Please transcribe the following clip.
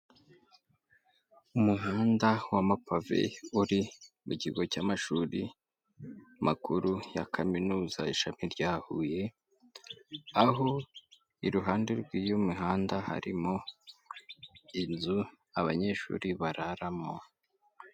Umuhanda w'amapave uri mu kigo cy'amashuri makuru ya kaminuza ishami rya Huye, aho iruhande rw'iyo mihanda harimo inzu abanyeshuri bararamo.